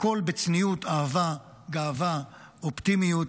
הכול בצניעות, אהבה, גאווה, אופטימיות.